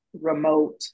remote